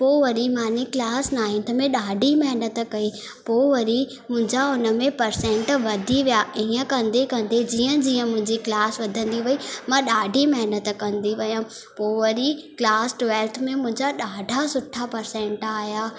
पोइ वरी मुंहिंजी क्लास नाइंथ में ॾाढी महिनतु कई पोइ वरी मुंहिंजा उनमें परसेंट वधी विया ईअं कंदे कंदे जीअं जीअं मुंहिंजी क्लास वधंदी वई मां ॾाढी महिनतु कंदी वयमि पोइ वरी क्लास ट्वेल्थ में मुंहिंजा ॾाढा सुठा परसेंट आया